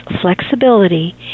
flexibility